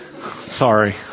Sorry